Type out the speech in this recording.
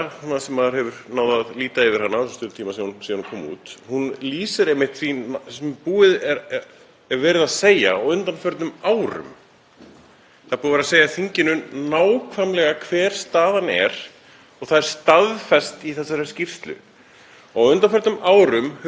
Það er búið að vera að segja þinginu nákvæmlega hver staðan er og það er staðfest í þessari skýrslu. Á undanförnum árum höfum við reynt að glíma við þau vandamál sem hefur verið bent á í fjármálaáætlun og fjárlagagerðinni en ekkert hefur verið gert.